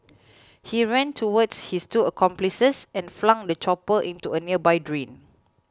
he ran towards his two accomplices and flung the chopper into a nearby drain